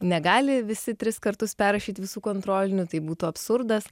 negali visi tris kartus perrašyt visų kontrolinių tai būtų absurdas